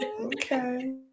Okay